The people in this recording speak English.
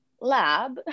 lab